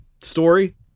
story